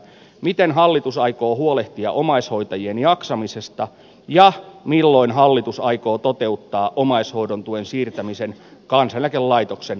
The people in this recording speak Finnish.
miten hallitus aikoo huolehtia omaishoitajien jaksamisesta puheenvuoron välikysymyksen ensimmäiselle allekirjoittajalle juha rehulalle välikysymyksen esittämistä varten